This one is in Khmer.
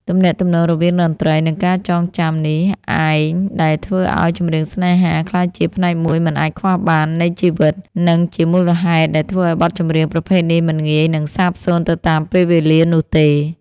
ទំនាក់ទំនងរវាងតន្ត្រី និងការចងចាំនេះឯងដែលធ្វើឱ្យ ចម្រៀងស្នេហា ក្លាយជាផ្នែកមួយមិនអាចខ្វះបាននៃជីវិត និងជាមូលហេតុដែលធ្វើឱ្យបទចម្រៀងប្រភេទនេះមិនងាយនឹងសាបសូន្យទៅតាមពេលវេលានោះទេ។